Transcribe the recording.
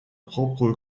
propre